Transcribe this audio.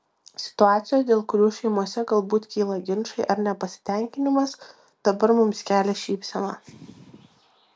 situacijos dėl kurių šeimose galbūt kyla ginčai ar nepasitenkinimas dabar mums kelia šypseną